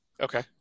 Okay